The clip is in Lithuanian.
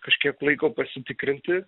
kažkiek laiko pasitikrinti